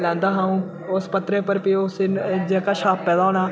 लैंदा हा अ'ऊं उस पत्तरे उप्पर फ्ही ओह् सीन जेह्का छापे दा होना